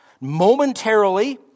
Momentarily